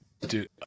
Dude